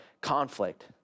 conflict